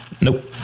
Nope